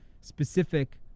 specific